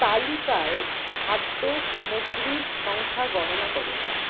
তালিকায় খাদ্য সামগ্রীর সংখ্যা গণনা করো